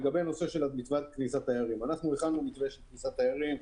לגבי כניסת תיירים הכנו מתווה של כניסת תיירים.